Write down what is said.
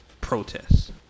protests